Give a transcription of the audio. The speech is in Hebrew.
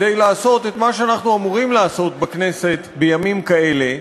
כדי לעשות את מה שאנחנו אמורים לעשות בכנסת בימים כאלה,